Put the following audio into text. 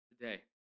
today